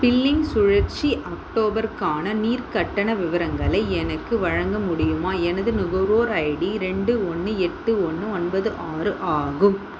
billing சுழற்சி அக்டோபருக்கான நீர் கட்டண விவரங்களை எனக்கு வழங்க முடியுமா எனது நுகர்வோர் ஐடி ரெண்டு ஒன்று எட்டு ஒன்று ஒன்பது ஆறு ஆகும்